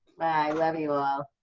bye. love you all.